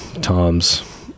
tom's